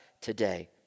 today